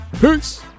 Peace